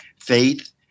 faith